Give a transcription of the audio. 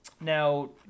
Now